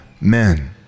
men